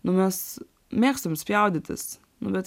nu mes mėgstam spjaudytis nu bet